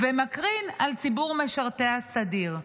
ומקרין על ציבור משרתי הסדיר.